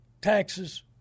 taxes